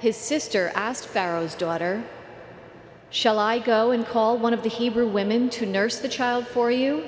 his sister asked pharaoh's daughter shall i go and call one of the hebrew women to nurse the child for you